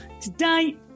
Today